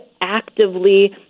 actively